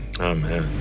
Amen